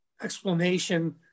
explanation